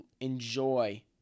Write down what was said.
enjoy